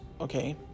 okay